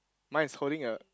mine is holding a